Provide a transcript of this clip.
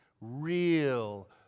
Real